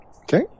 Okay